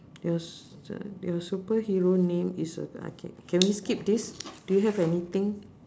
yours uh your superhero name is uh I can't can we skip this do you have anything